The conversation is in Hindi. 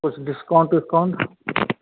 कुछ डिस्काउंट विस्काउंट